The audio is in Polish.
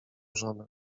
żonę